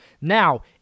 Now